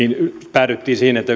päädyttiin siihen että